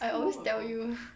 I always tell you